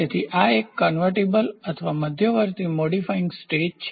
તેથી આ એક કન્વર્ટિએબલ અથવા મધ્યવર્તી મોડિફાઇંગ સ્ટેજ છે